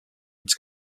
its